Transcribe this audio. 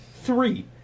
Three